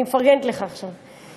אני מפרגנת לך עכשיו,